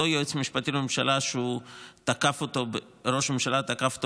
אותו יועץ משפטי לממשלה שראש הממשלה תקף אותו